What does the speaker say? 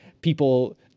people